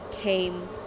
came